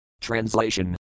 Translation